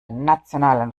nationalen